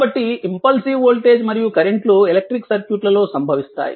కాబట్టి impulsive voltage మరియు current లు ఎలక్ట్రిక్ సర్క్యూట్ లలో సంభవిస్తాయి